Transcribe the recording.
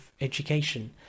education